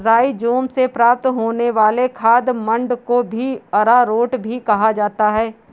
rhizome से प्राप्त होने वाले खाद्य मंड को भी अरारोट ही कहा जाता है